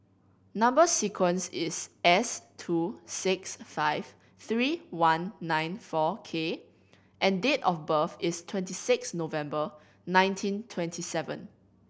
number sequence is S two six five three one nine four K and date of birth is twenty six November nineteen twenty seven